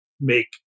make